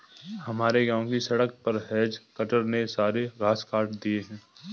हमारे गांव की सड़क पर हेज कटर ने सारे घास काट दिए हैं